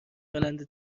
راننده